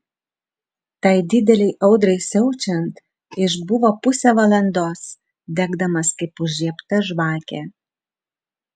tai didelei audrai siaučiant išbuvo pusę valandos degdamas kaip užžiebta žvakė